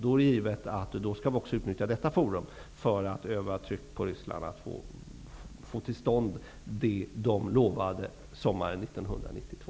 Det är givet att vi då skall utnyttja detta forum för att öva tryck på Ryssland för att få till stånd det man lovade sommaren 1992.